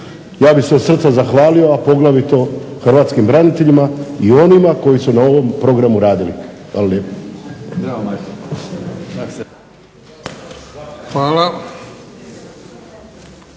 ja bih se od srca zahvalio a poglavito hrvatskim braniteljima i onima koji su na ovom programu radili. Hvala lijepo.